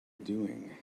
doing